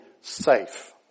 safe